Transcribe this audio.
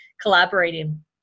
collaborating